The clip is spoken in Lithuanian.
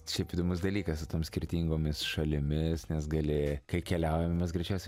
šiaip įdomus dalykas su tom skirtingomis šalimis nes gali kai keliaujam mes greičiausiai